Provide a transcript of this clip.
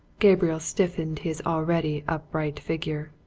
gabriel stiffened his already upright figure.